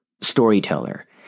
storyteller